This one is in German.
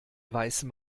weißem